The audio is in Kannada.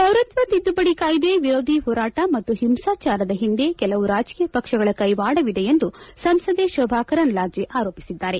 ಪೌರತ್ವ ತಿದ್ದುಪಡಿ ಕಾಯ್ದೆ ವಿರೋಧಿ ಹೋರಾಟ ಮತ್ತು ಹಿಂಸಾಚಾರದ ಹಿಂದೆ ಕೆಲವು ರಾಜಕೀಯ ಪಕ್ಷಗಳ ಕೈವಾಡವಿದೆ ಎಂದು ಸಂಸದೆ ಶೋಭಾ ಕರಂದ್ಲಾಜೆ ಆರೋಪಿಸಿದ್ದಾರೆ